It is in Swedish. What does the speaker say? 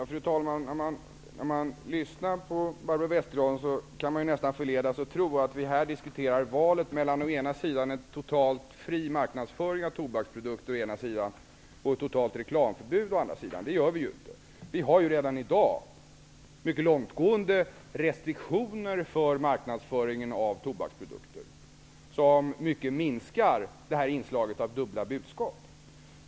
Fru talman! När man lyssnar på Barbro Westerholm kan man nästan förledas att tro att vi här diskuterar valet mellan en totalt fri marknadsföring av tobaksprodukter å ena sidan och ett totalt reklamförbud å andra sidan. Det gör vi inte. Vi har redan i dag mycket långtgående restriktioner för marknadsföringen av tobaksprodukter, som mycket minskar inslaget av dubbla budskap.